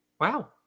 Wow